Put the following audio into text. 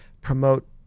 promote